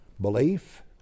belief